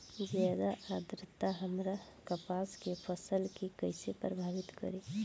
ज्यादा आद्रता हमार कपास के फसल कि कइसे प्रभावित करी?